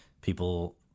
people